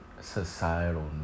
societal